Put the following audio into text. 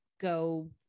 go